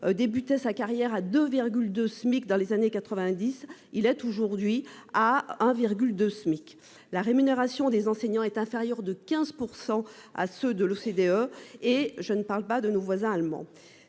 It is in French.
débuté sa carrière à 2,2 SMIC. Dans les années 90, il est aujourd'hui à 1,2 SMIC. La rémunération des enseignants est inférieure de 15% à ceux de l'OCDE et je ne parle pas de nos voisins allemands.